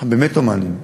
אנחנו באמת הומניים.